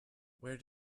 where